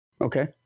Okay